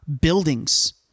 buildings